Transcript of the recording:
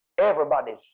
Everybody's